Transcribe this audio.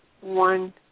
one